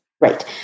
Right